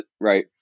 Right